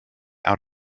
out